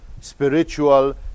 spiritual